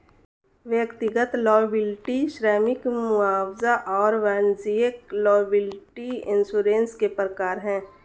व्यक्तिगत लॉयबिलटी श्रमिक मुआवजा और वाणिज्यिक लॉयबिलटी इंश्योरेंस के प्रकार हैं